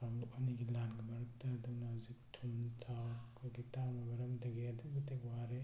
ꯀꯥꯡꯂꯨꯞ ꯑꯅꯤꯒꯤ ꯂꯥꯟꯒꯤ ꯃꯔꯛꯇ ꯑꯗꯨꯅ ꯍꯧꯖꯤꯛ ꯊꯨꯝ ꯊꯥꯎ ꯑꯩꯈꯣꯏꯒꯤ ꯇꯥꯡꯕꯒꯤ ꯃꯔꯝꯗꯒꯤ ꯑꯗꯨꯛꯀꯤ ꯃꯇꯤꯛ ꯋꯥꯔꯦ